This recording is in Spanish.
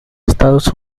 estados